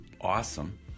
awesome